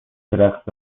رقص